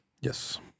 Yes